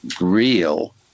real